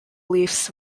leafs